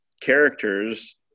characters